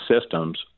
systems